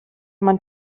man